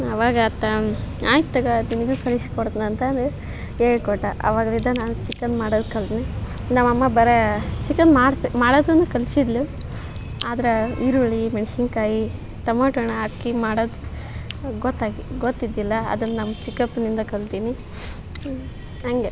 ಅವಾಗ ಆತ ಆಯ್ತ್ ತಗೋ ನಿನಗೂ ಕಲ್ಸ್ಕೊಡ್ಟ್ನ ಅಂತ ಅಂದು ಹೇಳ್ಕೊಟ್ಟ ಅವಾಗಿಂದ ನಾನು ಚಿಕನ್ ಮಾಡೋದು ಕಲ್ತ್ನೆ ನಮ್ಮಮ್ಮ ಬರೆ ಚಿಕನ್ ಮಾಡ್ತ್ ಮಾಡದನ್ನು ಕಲ್ಸಿದ್ದಳು ಆದರೆ ಈರುಳ್ಳಿ ಮೆಣ್ಸಿನಕಾಯಿ ತೊಮ್ಯಾಟೋ ಹಣ್ಣು ಹಾಕಿ ಮಾಡೋದು ಗೊತ್ತೈದ್ ಗೊತ್ತಿದ್ದಿಲ್ಲ ಅದನ್ನ ನಮ್ಮ ಚಿಕ್ಕಪ್ಪನಿಂದ ಕಲ್ತೀನಿ ಹಂಗೆ